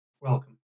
Welcome